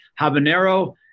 habanero